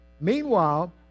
Meanwhile